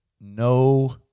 no